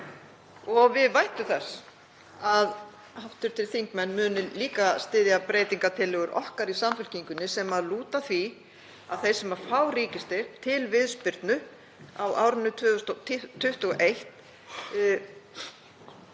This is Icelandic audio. Við væntum þess að hv. þingmenn muni líka styðja breytingartillögur okkar í Samfylkingunni sem lúta að því að þeir sem fá ríkisstyrk til viðspyrnu á árinu 2021